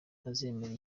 azemera